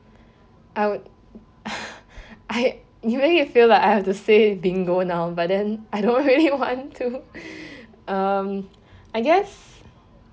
I would I you make me feel like I have to say bingo now but then I don't really want to um I guess